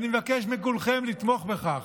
ואני מבקש מכולכם לתמוך בכך.